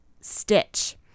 Stitch